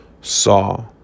saw